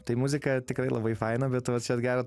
tai muzika tikrai labai faina bet vat čia gera